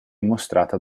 mostrata